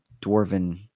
dwarven